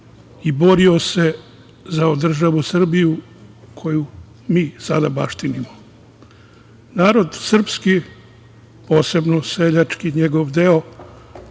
i borio se za državu Srbiju koju mi sada baštinimo. Narod srpski, posebno seljački, njegov deo,